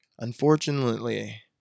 Unfortunately